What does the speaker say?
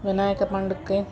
Vinayaka పండుగాకి